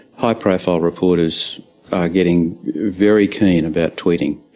high profile reporters are getting very keen about tweeting.